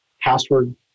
password